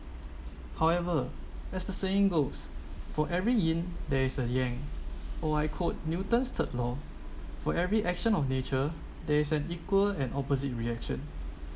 however as the saying goes for every yin there is a yang or I quote newton's third law for every action of nature there is an equal and opposite reaction